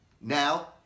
Now